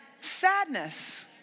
Sadness